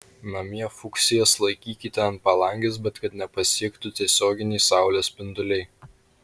namie fuksijas laikykite ant palangės bet kad nepasiektų tiesioginiai saulės spinduliai